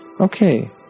okay